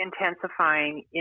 Intensifying